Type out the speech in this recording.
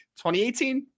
2018